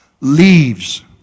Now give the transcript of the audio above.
leaves